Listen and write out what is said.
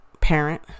parent